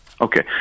Okay